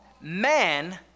man